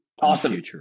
Awesome